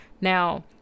Now